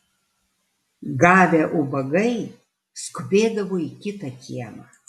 gavę ubagai skubėdavo į kitą kiemą